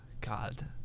God